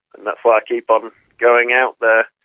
and that's why i keep on going out there.